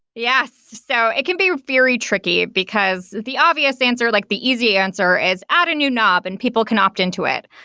yes. so it can be very tricky, because the obvious answer, like the easy answer, is add a new knob and people can opt into it.